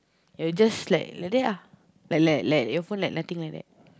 it will just like like that lah like like your phone nothing like that